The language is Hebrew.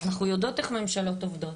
אנחנו יודעות איך ממשלות עובדות,